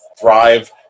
Thrive